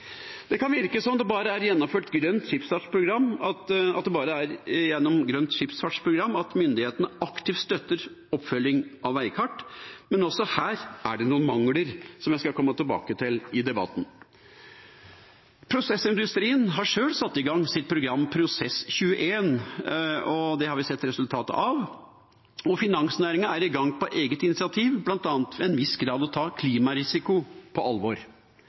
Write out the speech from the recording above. Det kan virke som om det bare er gjennom grønt skipsfartsprogram at myndighetene aktivt støtter oppfølging av veikart, men også her er det noen mangler som jeg skal komme tilbake til i debatten. Prosessindustrien har sjøl satt i gang sitt program Prosess21, og det har vi sett resultatet av. Finansnæringen er i gang på eget initiativ med bl.a. til en viss grad å ta klimarisiko på alvor.